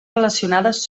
relacionades